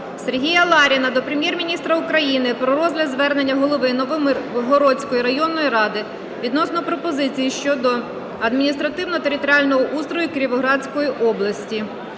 Сергія Ларіна до Прем'єр-міністра України про розгляд звернення голови Новомиргородської районної ради відносно пропозиції щодо адміністративно-територіального устрою Кіровоградської області.